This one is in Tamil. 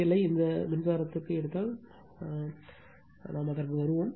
எல் இந்த வருகிற மின்சாரத்திற்கு எடுத்தால் நாம் அதற்கு வருவோம்